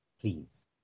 please